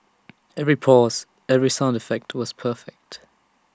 every pause every sound effect was perfect